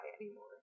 anymore